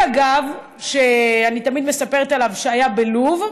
אגב, סבי, אני תמיד מספרת עליו, היה בלוב,